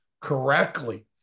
correctly